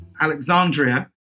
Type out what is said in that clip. Alexandria